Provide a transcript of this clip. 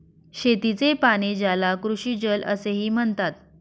शेतीचे पाणी, ज्याला कृषीजल असेही म्हणतात